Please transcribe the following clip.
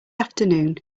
afternoon